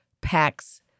packs